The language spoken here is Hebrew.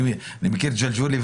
אני מכיר את ג'לג'וליה,